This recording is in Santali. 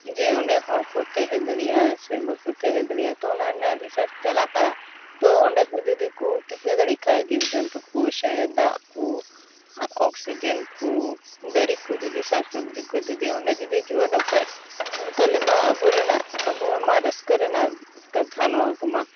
ᱡᱮ ᱚᱸᱰᱮ ᱦᱚᱲᱠᱚ ᱛᱮᱦᱮᱸ ᱫᱟᱲᱮᱭᱟᱜᱼᱟ ᱥᱮ ᱵᱟᱠᱚ ᱛᱮᱦᱮ ᱫᱟᱲᱮᱭᱟᱜᱼᱟ ᱛᱳ ᱚᱱᱟ ᱨᱮᱱᱟᱜ ᱨᱤᱥᱟᱨᱪ ᱪᱟᱞᱟᱜᱼᱟ ᱛᱳ ᱚᱸᱰᱮᱦᱚ ᱡᱩᱫᱤᱠᱚ ᱛᱮᱦᱮᱸ ᱫᱟᱲᱮᱜ ᱠᱷᱟᱱ ᱡᱤᱵᱽᱼᱡᱚᱱᱛᱩᱠᱚ ᱥᱮ ᱫᱟᱜᱠᱚ ᱚᱠᱥᱤᱡᱮᱱᱠᱚ ᱫᱟᱨᱮᱠᱚ ᱡᱩᱫᱤ ᱥᱟᱠᱥᱚᱵᱽᱡᱤ ᱠᱚ ᱡᱩᱫᱤ ᱚᱸᱰᱮ ᱡᱩᱫᱤ ᱡᱤᱣᱮᱫᱚᱜ ᱠᱷᱟᱱ ᱛᱟᱦᱚᱞᱮ ᱢᱟ ᱟᱵᱚ ᱨᱮᱱᱟᱜ ᱟᱵᱚᱢᱟ ᱨᱟᱹᱥᱠᱟᱹ ᱨᱮᱱᱟᱜ ᱠᱟᱛᱷᱟ ᱱᱚᱣᱟᱠᱚ ᱢᱟ